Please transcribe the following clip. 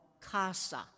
casa